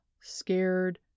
scared